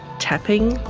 tapping,